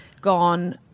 gone